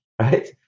Right